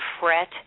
fret